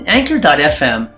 Anchor.fm